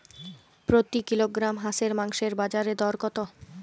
প্রতি কিলোগ্রাম হাঁসের মাংসের বাজার দর কত?